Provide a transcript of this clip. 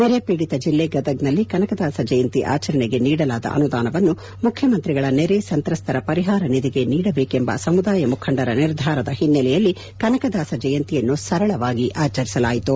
ನೆರೆ ಪೀಡಿತ ಜೆಲ್ಲೆ ಗದಗ್ನಲ್ಲಿ ಕನಕದಾಸ ಜಯಂತಿ ಆಚರಣೆಗೆ ನೀಡಲಾದ ಅನುದಾನವನ್ನು ಮುಖ್ಯಮಂತ್ರಿಗಳ ನೆರೆ ಸಂತ್ರಸ್ತರ ಪರಿಹಾರ ನಿಧಿಗೆ ನೀಡಬೇಕೆಂಬ ಸಮುದಾಯ ಮುಖಂಡರ ನಿರ್ಧಾರದ ಹಿನ್ನೆಲೆಯಲ್ಲಿ ಕನಕದಾಸ ಜಯಂತಿಯನ್ನು ಸರಳವಾಗಿ ಆಚರಿಸಲಾಯಿತು